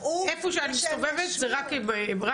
איפה שאני מסתובבת זה רק עם השוטרים.